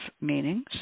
meanings